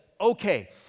okay